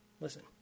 listen